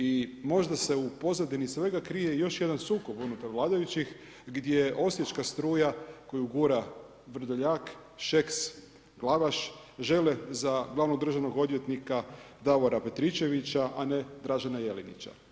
I možda se u pozadini svega krije još jedan sukob unutar vladajućih, gdje osječka struja, gura Vrdoljak, Šeks, Glavaš, žele za glavnog državnog odvjetnika Davora Petričevića, a ne Dražena Jelinića.